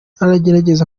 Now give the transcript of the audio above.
aragerageza